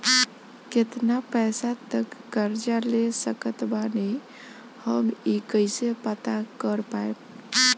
केतना पैसा तक कर्जा ले सकत बानी हम ई कइसे पता कर पाएम?